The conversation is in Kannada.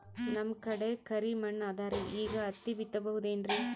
ನಮ್ ಕಡೆ ಕರಿ ಮಣ್ಣು ಅದರಿ, ಈಗ ಹತ್ತಿ ಬಿತ್ತಬಹುದು ಏನ್ರೀ?